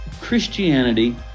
Christianity